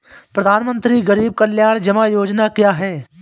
प्रधानमंत्री गरीब कल्याण जमा योजना क्या है?